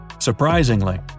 Surprisingly